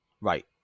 Right